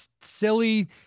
silly